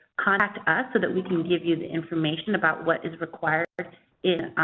contact us so that we can give you the information about what is required in